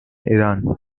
iran